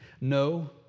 no